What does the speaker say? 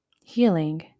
healing